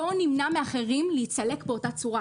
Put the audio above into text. בואו נמנע מאחרים להצטלק באותה צורה.